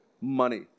money